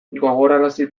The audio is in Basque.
gogorarazi